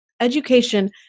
education